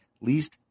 least